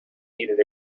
needed